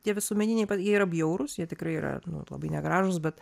tie visuomeniniai pa yra bjaurūs jie tikrai yra labai negražūs bet